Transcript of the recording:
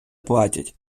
платять